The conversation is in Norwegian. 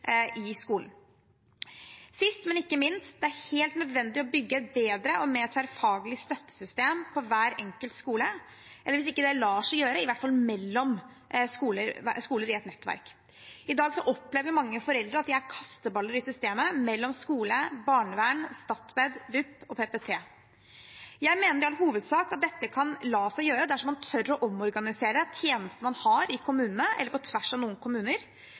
i skolen. Sist, men ikke minst, er det helt nødvendig å bygge et bedre og mer tverrfaglig støttesystem på hver enkelt skole, eller – hvis ikke det lar seg gjøre – i hvert fall mellom skoler i et nettverk. I dag opplever mange foreldre at de er kasteballer i systemet mellom skole, barnevern, Statped, BUP og PPT. Jeg mener i all hovedsak at dette kan la seg gjøre dersom man tør å omorganisere tjenestene man har i kommunene – eller på tvers av noen kommuner